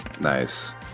Nice